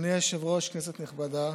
אדוני היושב-ראש, כנסת נכבדה,